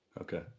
Okay